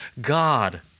god